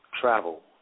travel